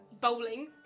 bowling